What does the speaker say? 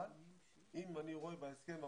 אבל אם אני רואה בהסכם העבודה,